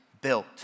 built